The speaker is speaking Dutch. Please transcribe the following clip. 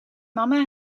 mama